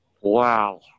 Wow